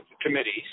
committees